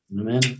Amen